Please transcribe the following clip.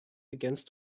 against